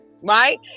right